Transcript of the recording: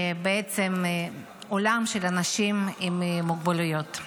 עולם האנשים עם מוגבלויות.